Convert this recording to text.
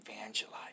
evangelize